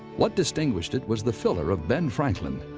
what distinguished it was the filler of ben franklin.